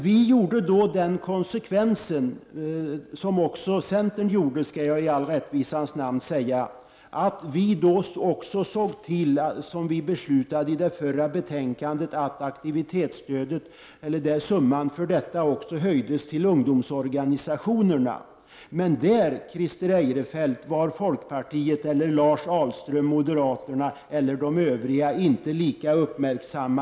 Vi drog då den konsekvensen — vilket också centern gjorde, det skall jag i rättvisans namn säga — att också aktivitetsstödet till andra ungdomsorganisationer måste höjas, som vi hade beslutat efter en tidigare debatt. Men där var folkpartiet och moderaterna eller de övriga inte lika uppmärksamma.